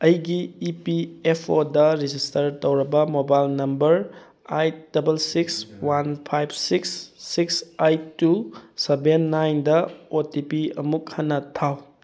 ꯑꯩꯒꯤ E P F O register ꯇꯧꯔꯕ mobile number eight double six one five six six eight two seven nine O T P ꯑꯃꯨꯛ ꯍꯟꯅ ꯊꯥꯎ